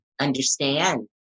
understand